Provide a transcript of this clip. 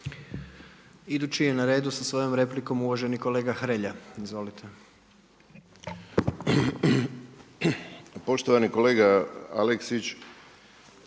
Idući je na redu sa svojom replikom uvaženi kolega Hrelja. Izvolite. **Hrelja,